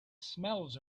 smells